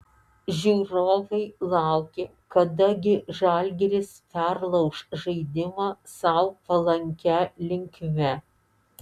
žiūrovai laukė kada gi žalgiris perlauš žaidimą sau palankia linkme